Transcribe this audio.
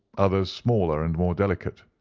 others smaller and more delicate.